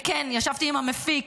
וכן, ישבתי עם המפיק